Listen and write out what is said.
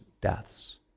deaths